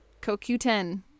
CoQ10